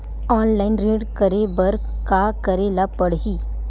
Online ऋण करे बर का करे ल पड़हि?